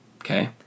Okay